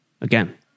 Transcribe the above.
Again